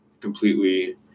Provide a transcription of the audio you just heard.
completely